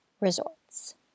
Resorts